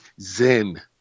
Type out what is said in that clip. Zen